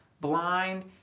blind